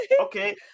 okay